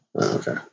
Okay